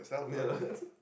ya lah